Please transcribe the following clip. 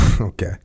Okay